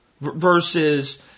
versus